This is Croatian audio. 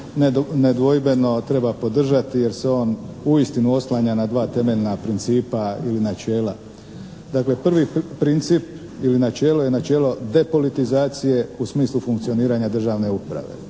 nedvojbeno treba podržati jer se on uistinu oslanja na dva temeljna principa ili načela. Dakle prvi princip ili načelo je načelo depolitizacije u smislu funkcioniranja državne uprave.